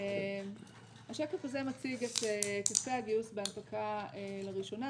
השקף הזה מציג את כספי הגיוס בהנפקה לראשונה.